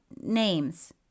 names